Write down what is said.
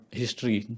history